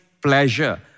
pleasure